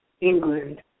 England